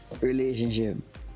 relationship